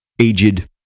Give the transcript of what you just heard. aged